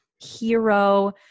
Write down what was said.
hero